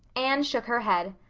anne shook her head.